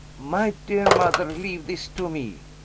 my dear mother, leave this to me.